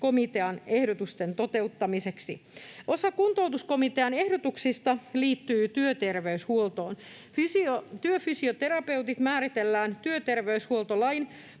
komitean ehdotusten toteuttamiseksi. Osa kuntoutuskomitean ehdotuksista liittyy työterveyshuoltoon. Työfysioterapeutit määritellään työterveyshuoltolain